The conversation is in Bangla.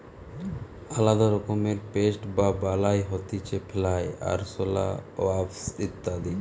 আলদা রকমের পেস্ট বা বালাই হতিছে ফ্লাই, আরশোলা, ওয়াস্প ইত্যাদি